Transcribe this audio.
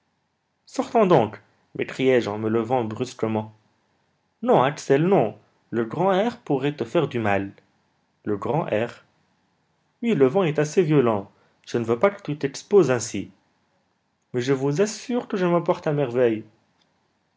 sortons donc m'écriai-je en me levant brusquement non axel non le grand air pourrait te faire du mal le grand air oui le vent est assez violent je ne veux pas que tu t'exposes ainsi mais je vous assure que je me porte à merveille